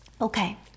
Okay